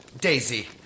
Daisy